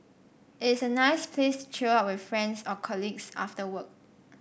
it's a nice place to chill out with friends or colleagues after work